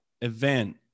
Event